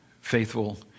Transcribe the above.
faithful